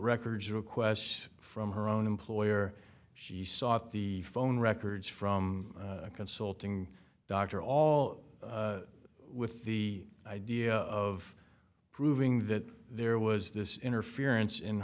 records request from her own employer she sought the phone records from a consulting doctor all with the idea of proving that there was this interference in